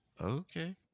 Okay